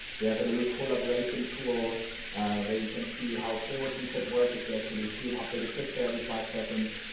we have a little collaboration tool where you can see how co-working could work if you actually see an updated picture every five seconds,